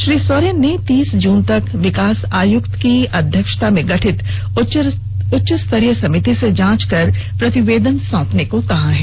श्री सोरेन ने तीस जून तक विकास आयुक्त की अध्यधता में गठित उच्चस्तरीय समिति से जांच कर प्रतिवेदन सौंपने को कहा है